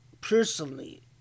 personally